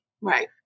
Right